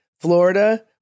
Florida